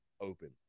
open